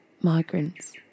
Migrants